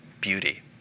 beauty